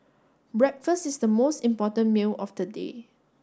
breakfast is the most important meal of the day